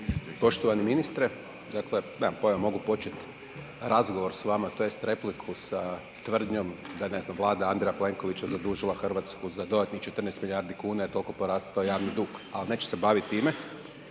Poštovani ministre, dakle mogu počet razgovor s vama tj. repliku sa tvrdnjom da je ne znam Vlada Andreja Plenkovića zadužila Hrvatsku za dodatnih 14 milijardi kuna jer je toliko porasto javni dug, ali neću se baviti time